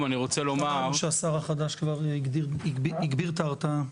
--- שהשר החדש כבר הגביר את ההרתעה.